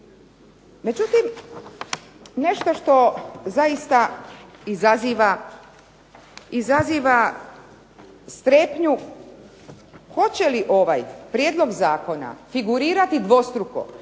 Međutim, nešto što zaista izaziva strepnju hoće li ovaj prijedlog zakona figurirati dvostruko